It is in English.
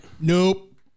Nope